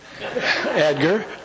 Edgar